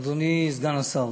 אדוני סגן השר,